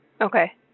Okay